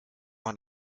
man